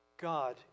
God